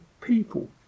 people